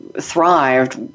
thrived